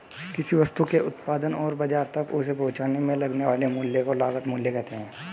किसी वस्तु के उत्पादन और बाजार तक उसे पहुंचाने में लगने वाले मूल्य को लागत मूल्य कहते हैं